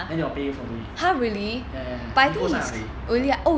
then they will pay you for doing it ya ya ya nicole sign up already